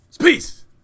Peace